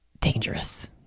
dangerous